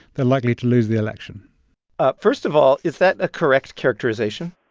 they're likely to lose the election ah first of all, is that a correct characterization?